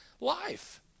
life